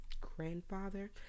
grandfather